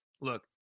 Look